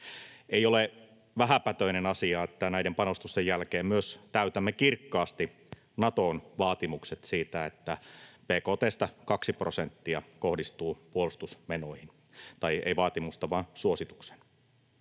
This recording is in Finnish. Ei ole vähäpätöinen asia, että näiden panostusten jälkeen myös täytämme kirkkaasti Naton suosituksen siitä, että bkt:stä kaksi prosenttia kohdistuu puolustusmenoihin. Olen myös erittäin